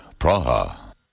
Praha